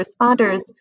responders